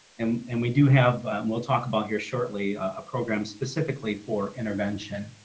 and and we do have we'll talk about here shortly, a program specifically for intervention.